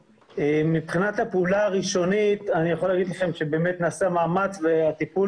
מבחינת הפעולה הראשונית אני יכול להגיד לכם שבאמת נעשה מאמץ והטיפול